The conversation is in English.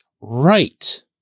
right